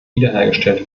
wiederhergestellt